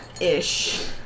ish